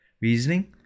reasoning